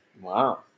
Wow